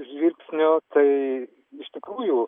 žvilgsnio tai iš tikrųjų